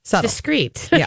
discreet